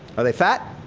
are they fat?